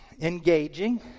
engaging